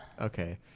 Okay